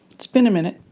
it's been a minute